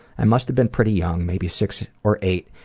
i must have been pretty young, maybe six or eight,